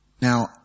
Now